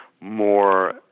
more